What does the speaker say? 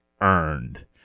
earned